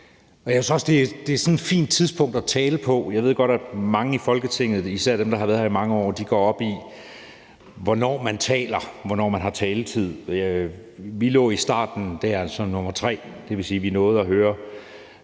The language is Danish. Jeg synes også, det er sådan et fint tidspunkt at tale på. Jeg ved godt, at mange i Folketinget, især dem, der har været her i mange år, går op i, hvornår man taler, hvornår man har taletid. Vi lå i starten, det er altså som nummer tre. Det vil sige, at vi nåede at høre